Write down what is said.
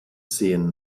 sehen